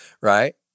right